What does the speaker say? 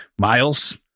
Miles